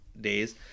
days